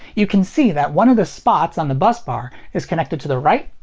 you can see that one of the spots on the bus bar is connected to the right,